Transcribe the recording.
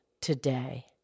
today